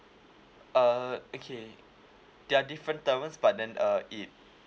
uh okay yeah different terms but then uh if